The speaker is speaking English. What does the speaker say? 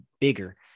bigger